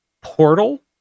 portal